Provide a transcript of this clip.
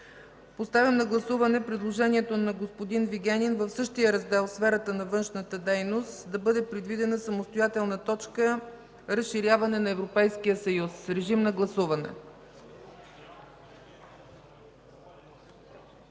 Поставям на гласуване предложението на господин Вигенин в същия Раздел „В сферата на външната дейност” да бъде предвидена самостоятелна точка „Разширяване на Европейския съюз”. Гласували